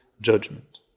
judgment